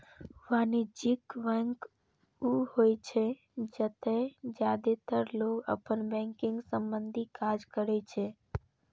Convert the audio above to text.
वाणिज्यिक बैंक ऊ होइ छै, जतय जादेतर लोग अपन बैंकिंग संबंधी काज करै छै